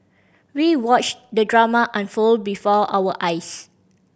we watched the drama unfold before our eyes